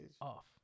off